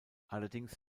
allerdings